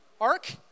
Ark